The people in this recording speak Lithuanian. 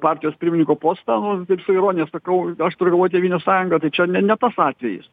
partijos pirmininko postą nu su ironija sakau aš turiu galvoj tėvynės sąjungą tai čia ne ne tas atvejis